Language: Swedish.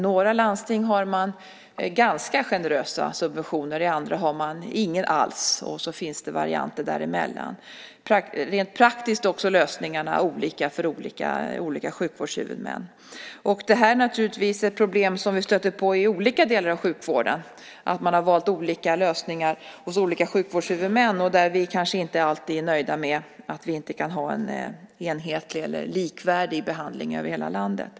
I några landsting har man ganska generösa subventioner, i andra har man ingen alls. Däremellan finns det varianter. Rent praktiskt är lösningarna också olika för olika sjukvårdshuvudmän. Det här är naturligtvis ett problem som vi stöter på i olika delar av sjukvården, att man har valt olika lösningar hos olika sjukvårdshuvudmän, där vi kanske inte alltid är nöjda med att vi inte kan ha en enhetlig eller likvärdig behandling över hela landet.